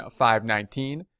519